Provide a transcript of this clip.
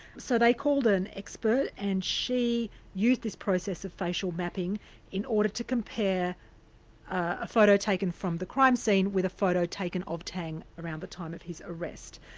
so they called an expert, and she used this process of facial mapping in order to compare a photo taken from the crime scene with a photo taken of tang around the time of his arrest.